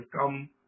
come